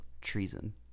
treason